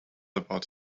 about